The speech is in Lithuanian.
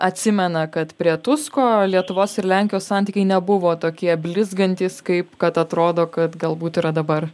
atsimena kad prie tusko lietuvos ir lenkijos santykiai nebuvo tokie blizgantys kaip kad atrodo kad galbūt yra dabar